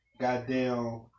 goddamn